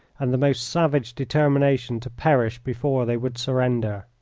and the most savage determination to perish before they would surrender.